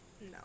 No